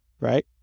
right